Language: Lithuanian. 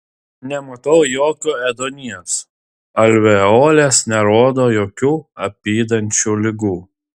nematau jokio ėduonies alveolės nerodo jokių apydančių ligų